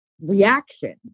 reaction